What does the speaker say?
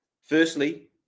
Firstly